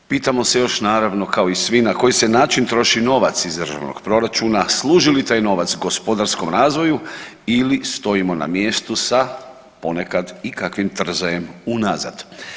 Pitamo se još naravno kao i svi na koji se način troši novac iz državnog proračuna, služi li taj novac gospodarskom razvoju ili stojimo na mjestu sa ponekad i kakvim trzajem unazad?